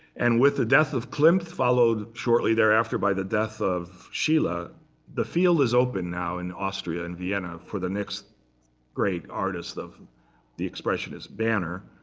and with the death of klimt, followed shortly thereafter by the death of schiele, ah the field is open now, in austria in vienna, for the next great artist of the expressionist banner,